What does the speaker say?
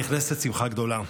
נכנסת שמחה גדולה.